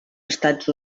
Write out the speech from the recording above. estats